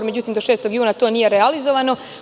Međutim, do 6. juna to nije realizovano.